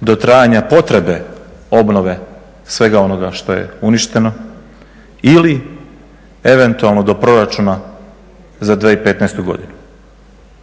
do trajanja potrebe obnove svega onoga što je uništeno ili eventualno do proračuna za 2015. godinu.